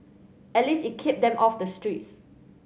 at least it kept them off the streets